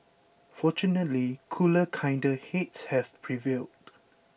fortunately cooler kinder heads have prevailed